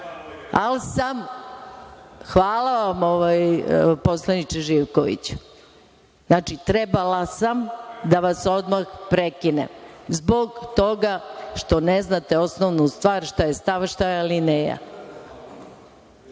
prekinem. Hvala vam poslaniče Živkoviću. Znači, trebala sam da vas odmah prekinem zbog toga što ne znate osnovnu stvar šta je stav, šta je alineja. Jeste